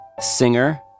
Singer